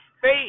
face